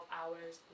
hours